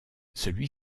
celui